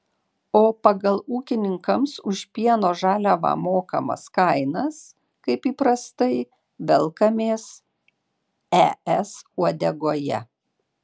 o pagal ūkininkams už pieno žaliavą mokamas kainas kaip įprastai velkamės es uodegoje